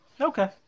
Okay